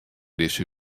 dizze